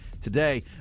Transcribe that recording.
today